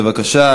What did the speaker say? בבקשה.